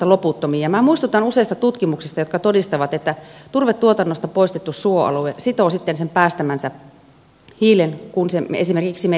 minä muistutan useista tutkimuksista jotka todistavat että turvetuotannosta poistettu suoalue sitoo sen päästämänsä hiilen sitten kun se esimerkiksi metsitetään